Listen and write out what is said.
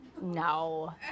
No